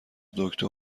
دکتر